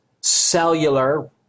cellular